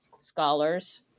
scholars